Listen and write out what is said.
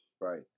Right